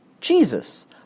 Jesus